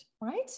right